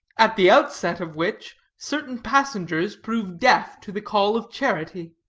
at the outset of which certain passengers prove deaf to the call of charity.